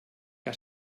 que